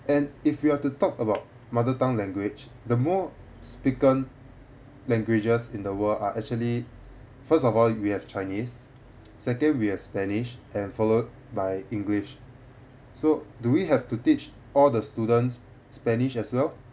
and if you are to talk about mother tongue language the more speaken languages in the world are actually first of all we have chinese second we have spanish and followed by english so do we have to teach all the students spanish as well